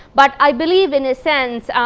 but i believe in a sense,